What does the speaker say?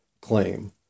claim